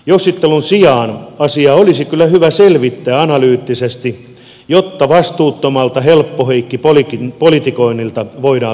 jossittelun sijaan asia olisi kyllä hyvä selvittää analyyttisesti jotta vastuuttomalta helppoheikki politikoinnilta voidaan leikata siivet